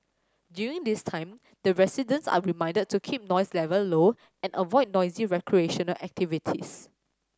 during this time the residents are reminded to keep noise level low and avoid noisy recreational activities